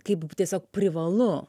kaip tiesiog privalu